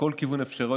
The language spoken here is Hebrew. משרד הביטחון,